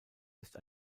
ist